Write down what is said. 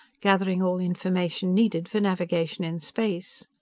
gathering all information needed for navigation in space.